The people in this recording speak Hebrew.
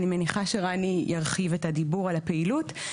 ואני מניחה שרני ירחיב את הדיבור על הפעילות.